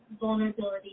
vulnerability